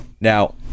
Now